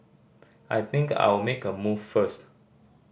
I think I'll make a move first